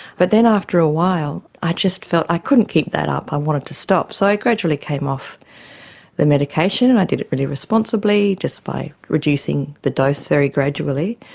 but then after a while i just felt i couldn't keep that up, i wanted to stop, so i gradually came off the medication and i did it really responsibly, just by reducing the dose very gradually.